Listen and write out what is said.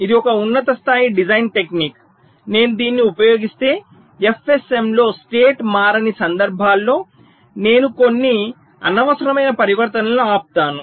ఇది ఒక ఉన్నత స్థాయి డిజైన్ టెక్నిక్ నేను దీనిని ఉపయోగిస్తే FSM లో స్టేట్ మారని సందర్భాల్లో నేను కొన్ని అనవసరమైన పరివర్తనలను ఆపుతాను